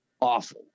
awful